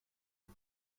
est